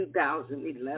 2011